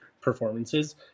performances